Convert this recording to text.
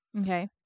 okay